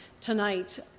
tonight